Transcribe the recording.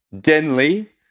Denley